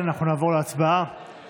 לא, אני אף פעם לא